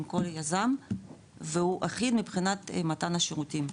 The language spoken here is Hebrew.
עם כל יזם והוא אחיד מבחינת מתן השירותים,